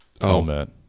helmet